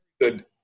good